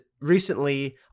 recently